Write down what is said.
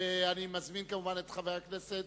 אני מזמין את חבר הכנסת